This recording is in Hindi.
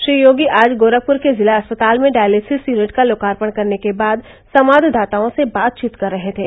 श्री योगी आज गोरखपुर के जिला अस्पताल में डायलिसिस यूनिट का लोकार्पण करने के बाद संवाददाताओं से बातचीत कर रहे थे